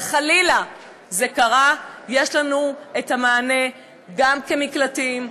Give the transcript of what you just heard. אבל חלילה זה קרה, יש לנו המענה גם במקלטים,